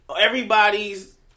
Everybody's